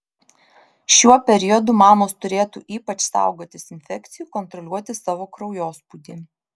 šiuo periodu mamos turėtų ypač saugotis infekcijų kontroliuoti savo kraujospūdį